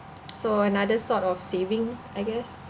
so another sort of saving I guess